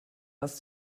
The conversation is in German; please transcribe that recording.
das